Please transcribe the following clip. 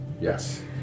Yes